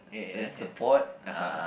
ya ya ya (uh huh)